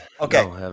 Okay